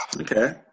Okay